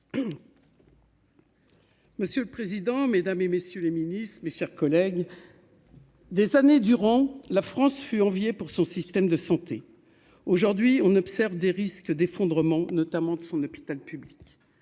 Monsieur le président, Mesdames et messieurs les ministres, mes chers collègues. Des années durant, la France fut envié pour son système de santé aujourd'hui, on observe des risques d'effondrement notamment. Son hôpital public